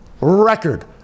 record